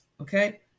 okay